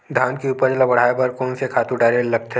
धान के उपज ल बढ़ाये बर कोन से खातु डारेल लगथे?